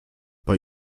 bei